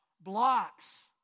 Blocks